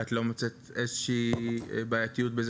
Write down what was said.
את לא מוצאת איזושהי בעייתיות בזה